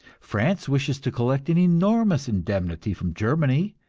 france wishes to collect an enormous indemnity from germany,